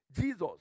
Jesus